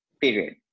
period